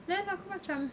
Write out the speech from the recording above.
then aku macam